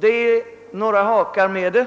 det finns några hakar.